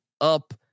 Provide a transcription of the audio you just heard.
up